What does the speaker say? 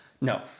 No